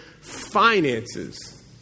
finances